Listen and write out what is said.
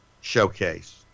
showcase